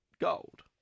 gold